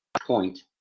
point